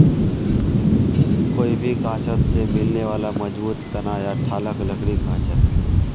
कोई भी गाछोत से मिलने बाला मजबूत तना या ठालक लकड़ी कहछेक